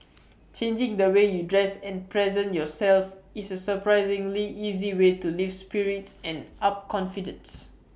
changing the way you dress and present yourself is A surprisingly easy way to lift spirits and up confidence